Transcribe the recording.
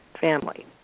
family